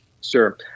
Sure